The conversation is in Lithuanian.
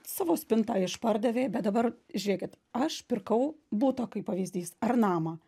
savo spintą išpardavė bet dabar žiūrėkit aš pirkau butą kaip pavyzdys ar namą